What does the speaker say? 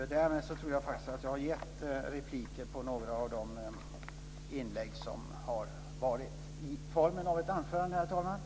Därmed tror jag att jag har gett repliker, i formen av ett anförande, på några av de inlägg som har hållits, herr talman.